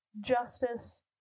justice